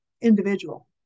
individual